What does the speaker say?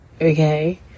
okay